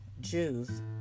Jews